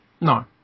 No